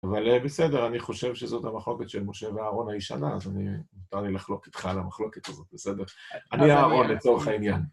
אבל בסדר, אני חושב שזאת המחלוקת של משה ואהרון הישנה, אז אני... נותר לי לחלוק איתך על המחלוקת הזאת, בסדר? -אני אהרון לצורך העניין.